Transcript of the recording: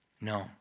No